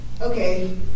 okay